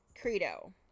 credo